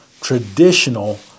traditional